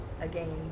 again